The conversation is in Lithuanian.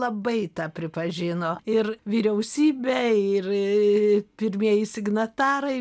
labai tą pripažino ir vyriausybė ir pirmieji signatarai